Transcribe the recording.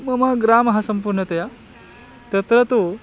मम ग्रामः सम्पूर्णतया तत्र तु